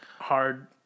hard